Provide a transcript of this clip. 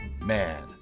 Man